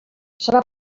serà